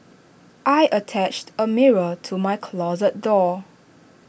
I attached A mirror to my closet door